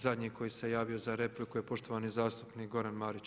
Zadnji koji se javio za repliku je poštovani zastupnik Goran Marić.